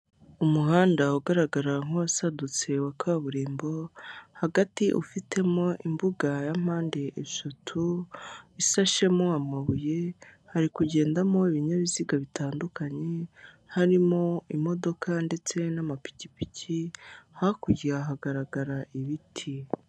Umuhanda ugaragara nk'uwasadutse wa kaburimbo, hagati ufitemo imbuga ya mpande eshatu isashemo amabuye, hari kugendamo ibinyabiziga bitandukanye harimo: imodoka ndetse n'amapikipiki, hakurya hagaragara ibiti.